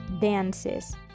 dances